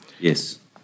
Yes